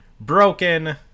broken